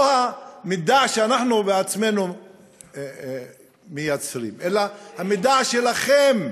לא המידע שאנחנו בעצמנו מייצרים, אלא המידע שלכם,